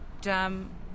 jam